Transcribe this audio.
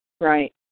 Right